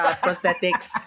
prosthetics